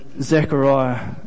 Zechariah